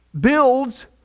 builds